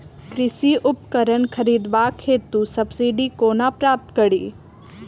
कृषि उपकरण खरीदबाक हेतु सब्सिडी कोना प्राप्त कड़ी?